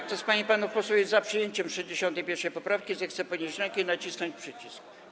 Kto z pań i panów posłów jest za przyjęciem 61. poprawki, zechce podnieść rękę i nacisnąć przycisk.